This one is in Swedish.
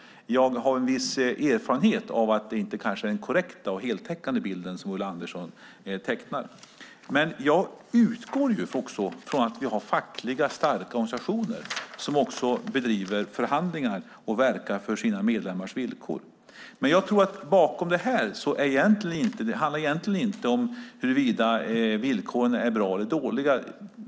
Jag har en viss erfarenhet av att det kanske inte är den korrekta och heltäckande bilden som Ulla Andersson tecknar. Men jag utgår från att vi har fackliga starka organisationer som bedriver förhandlingar och verkar för sina medlemmars villkor. Jag tror inte att det här handlar om huruvida villkoren är bra eller dåliga.